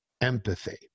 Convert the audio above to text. empathy